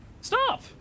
Stop